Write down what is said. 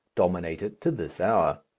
dominate it to this hour.